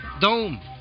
dome